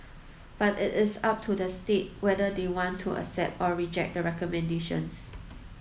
but it is up to the state whether they want to accept or reject the recommendations